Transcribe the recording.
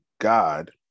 god